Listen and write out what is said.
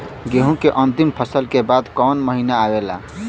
गेहूँ के अंतिम फसल के बाद कवन महीना आवेला?